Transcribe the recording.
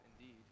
indeed